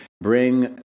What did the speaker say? bring